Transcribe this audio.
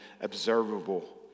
observable